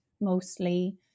mostly